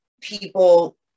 people